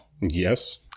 Yes